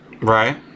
Right